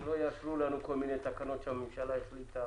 הם לא יאשרו לנו כל מיני תקנות שהממשלה החליטה.